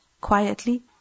quietly